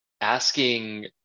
asking